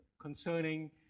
concerning